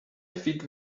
feed